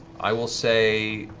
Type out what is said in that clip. i will say,